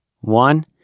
One